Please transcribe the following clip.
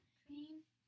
cream